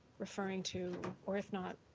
referring to, or if not,